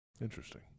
Interesting